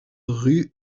rue